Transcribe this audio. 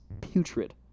putrid